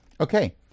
Okay